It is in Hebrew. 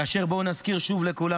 כאשר בואו שוב נזכיר לכולנו,